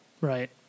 Right